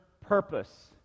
purpose